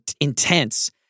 intense